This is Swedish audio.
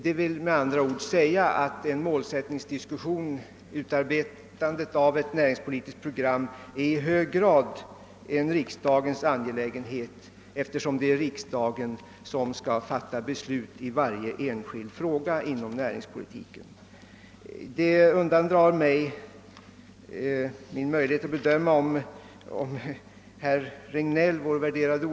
Detta vill med andra ord säga att utarbetandet av ett näringspolitiskt program i hög grad är en riksdagens angelägenhet, eftersom det är riksdagen som skall fatta beslut i varje enskild fråga inom näringspolitiken. Det undandrar sig min möjlighet att bedöma om herr Regnéll delar den uppfattningen.